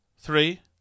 Three